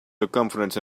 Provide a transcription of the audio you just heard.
circumference